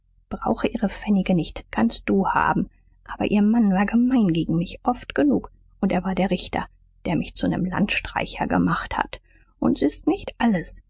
brauch ihre pfennige nicht kannst du haben aber ihr mann war gemein gegen mich oft genug und er war der richter der mich zu nem landstreicher gemacht hat und s ist nicht alles